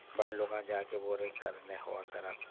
بڑے لوگاں جا کے بولے کرنے ہوا کرت